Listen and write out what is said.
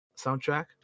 soundtrack